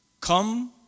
Come